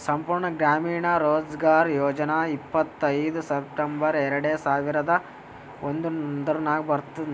ಸಂಪೂರ್ಣ ಗ್ರಾಮೀಣ ರೋಜ್ಗಾರ್ ಯೋಜನಾ ಇಪ್ಪತ್ಐಯ್ದ ಸೆಪ್ಟೆಂಬರ್ ಎರೆಡ ಸಾವಿರದ ಒಂದುರ್ನಾಗ ಬಂತು